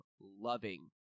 loving